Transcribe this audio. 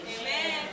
Amen